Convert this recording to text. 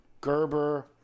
Gerber